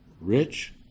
rich